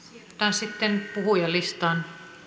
sitten puhujalistaan